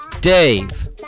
Dave